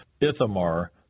Ithamar